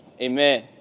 amen